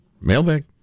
Mailbag